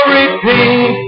repeat